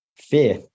fear